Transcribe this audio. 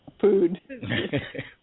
Food